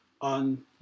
on